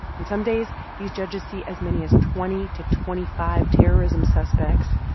and some days these judges see as many as twenty to twenty five terrorism suspects.